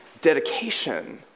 dedication